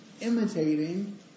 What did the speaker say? imitating